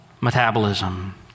metabolism